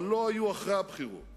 אבל לא היו אחרי הבחירות.